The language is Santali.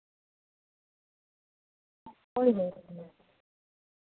ᱦᱳᱭ ᱦᱳᱭ